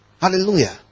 Hallelujah